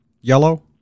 yellow